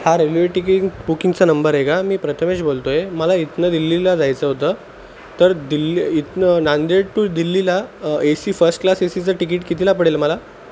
हा railway ticket बुकिंगचा number आहे का मी प्रथमेश बोलतो आहे मला इथून दिल्लीला जायचं होतं तर दिल्ली इथून नांदेड टू दिल्लीला एसी फर्स्ट क्लास एसीचं तिकीट कितीला पडेल मला